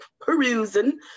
perusing